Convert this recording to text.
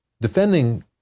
defending